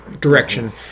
direction